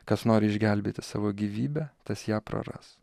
kas nori išgelbėti savo gyvybę tas ją praras